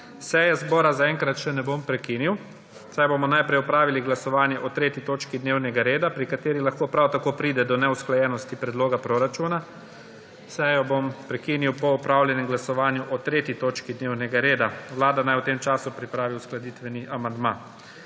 Seje zbora za enkrat še ne bom prekinil, saj bomo najprej opravili glasovanje o 3. točki dnevnega reda, pri kateri lahko prav tako pride do neusklajenosti predloga proračuna. Sejo bom prekinil po opravljenem glasovanju o 3. točki dnevnega reda. Vlada naj v tem času pripravi uskladitveni amandma.